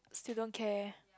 student care